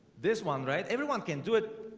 this one right? everyone can do it.